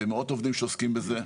במאות עובדים שעוסקים בזה.